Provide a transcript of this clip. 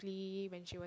when she